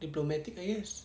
diplomatic face